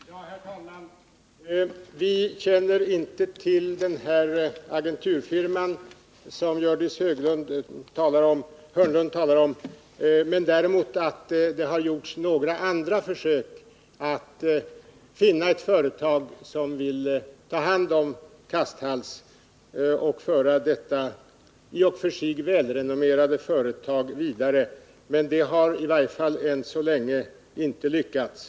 Herr talman! Vi känner inte till den agenturfirma som Gördis Hörnlund talar om. Däremot vet vi att det gjorts andra försök att finna ett företag som vill ta hand om Kasthalls och föra detta i och för sig välrenommerade företag vidare. Men än så länge har detta inte lyckats.